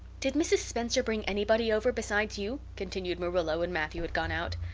did mrs. spencer bring anybody over besides you? continued marilla when matthew had gone out.